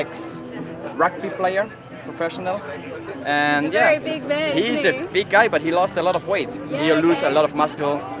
ex rugby player professional and yeah he's and a big guy, but he lost a lot of weight yeah you lose a lot of muscle